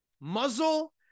Muzzle